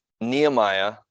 nehemiah